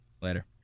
Later